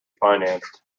financed